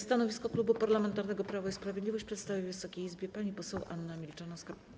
Stanowisko Klubu Parlamentarnego Prawo i Sprawiedliwość przedstawi Wysokiej Izbie pani poseł Anna Milczanowska.